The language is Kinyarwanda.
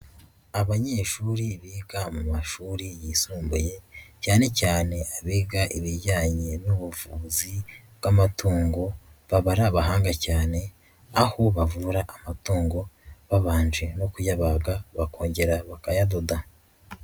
Abanyeshuri biga mu mashuri yisumbuye, cyane cyane abiga ibijyanye n'ubuvuzi bw'amatungo baba ari abahanga cyane aho bavura amatungo babanje no kuyabaga bakongera bakayadoda.